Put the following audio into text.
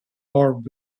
orb